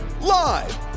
Live